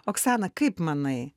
oksana kaip manai